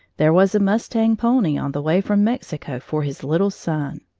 there was a mustang pony on the way from mexico for his little son!